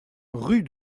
rue